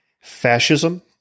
fascism